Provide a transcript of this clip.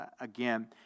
again